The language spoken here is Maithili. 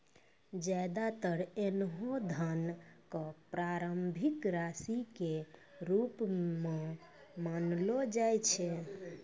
ज्यादातर ऐन्हों धन क प्रारंभिक राशि के रूप म जानलो जाय छै